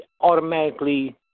automatically